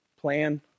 plan